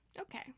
Okay